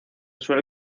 suele